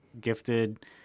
gifted